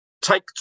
Take